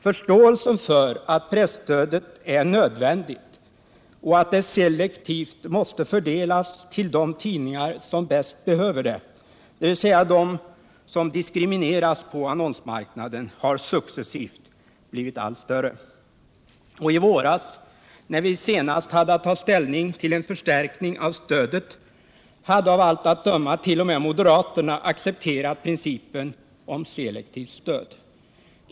Förståelsen för att presstödet är nödvändigt och att det måste fördelas selektivt till de tidningar som bäst behöver det, dvs. dem som diskrimineras på annonsmarknaden, har successivt blivit större. I våras, när vi senast hade att ta ställning till en förstärkning av stödet, hade av allt att döma t.o.m. moderaterna accepterat principen om selektivt stöd.